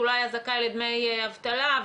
הוא לא היה זכאי לדמי אבטלה,